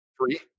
Three